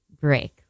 break